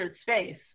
space